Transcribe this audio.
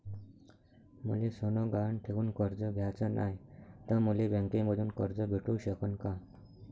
मले सोनं गहान ठेवून कर्ज घ्याचं नाय, त मले बँकेमधून कर्ज भेटू शकन का?